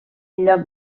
lloc